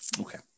Okay